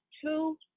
two